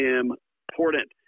important